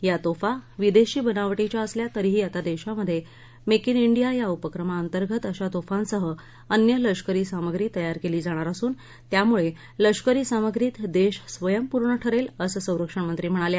या तोफा विदेशी बनावटीच्या असल्या तरीही आता देशामध्ये मेक उ डिया या उपक्रमाअंतर्गत अशा तोफांसह अन्य लष्करी सामग्री तयार केली जाणार असून त्यामुळे लष्करी सामग्रीत देश स्वयंपूर्ण ठरेल असं संरक्षणमंत्री म्हणाल्या